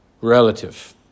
relative